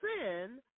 sin